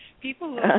People